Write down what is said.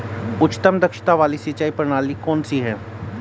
उच्चतम दक्षता वाली सिंचाई प्रणाली कौन सी है?